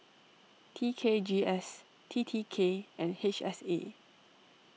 T K G S T T K and H S A